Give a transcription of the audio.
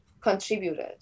contributed